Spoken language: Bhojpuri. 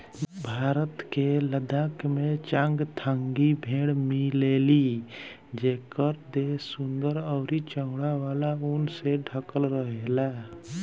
भारत के लद्दाख में चांगथांगी भेड़ मिलेली जेकर देह सुंदर अउरी चौड़ा वाला ऊन से ढकल रहेला